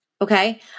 okay